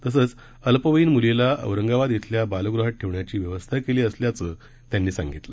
तसंच अल्पवयीन मुलीला औरंगाबाद क्विल्या बालगृहात ठेवण्याची व्यवस्था केली असल्याचं त्यांनी सांगितलं